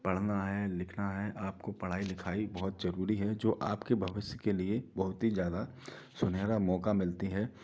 पढ़ना है लिखना है आपको पढ़ा लिखाई बहुत जरूरी है जो आपके भविष्य के लिए बहुत ही ज़्यादा सुनहरा मौका मिलती है